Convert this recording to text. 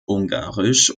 ungarisch